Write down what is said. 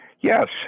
yes